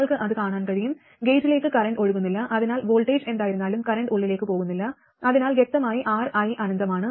നിങ്ങൾക്ക് അത് കാണാൻ കഴിയും ഗേറ്റിലേക്ക് കറന്റ് ഒഴുകുന്നില്ല അതിനാൽ വോൾടേജ് എന്തായിരുന്നാലും കറന്റ് ഉള്ളിലേക്ക് പോകുന്നില്ല അതിനാൽ വ്യക്തമായി Ri അനന്തമാണ്